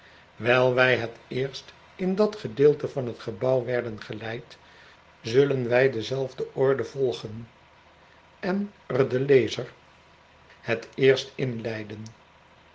wijl wy het eerst in dat gedeelte van het gebouw werden geleid zullen wij dezelfde orde volgen en er den lezer het eerst inleiden